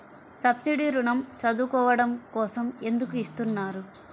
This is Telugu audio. సబ్సీడీ ఋణం చదువుకోవడం కోసం ఎందుకు ఇస్తున్నారు?